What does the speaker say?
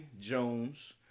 jones